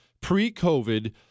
Pre-COVID